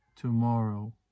tomorrow